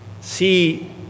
See